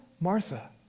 Martha